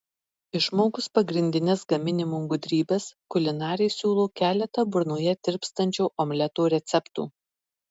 išmokus pagrindines gaminimo gudrybes kulinarė siūlo keletą burnoje tirpstančio omleto receptų